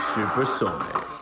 Supersonic